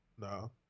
No